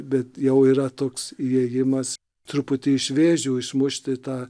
bet jau yra toks įėjimas truputį iš vėžių išmušti tą